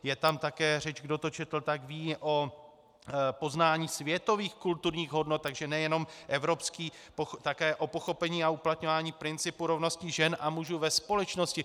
Je tam také řeč, kdo to četl, tak ví, o poznání světových kulturních hodnot, takže nejen evropských, a také o pochopení a uplatňování principu rovnosti žen a mužů ve společnosti.